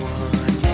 one